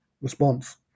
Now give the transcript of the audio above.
response